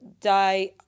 die